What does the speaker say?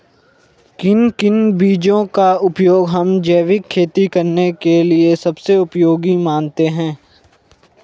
किन किन बीजों का उपयोग हम जैविक खेती करने के लिए सबसे उपयोगी मानते हैं?